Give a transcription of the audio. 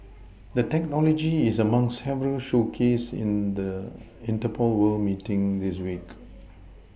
the technology is among several showcased at the interpol world meeting this week